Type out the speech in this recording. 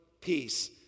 peace